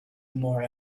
more